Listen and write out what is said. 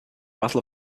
battle